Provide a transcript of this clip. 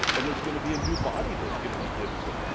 and there is going to be a new body that is going to be given to us.